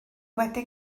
wedi